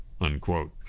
unquote